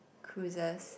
cruises